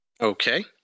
Okay